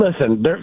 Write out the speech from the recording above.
Listen